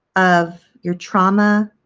of your trauma